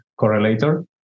correlator